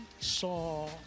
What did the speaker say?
saw